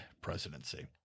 presidency